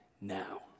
now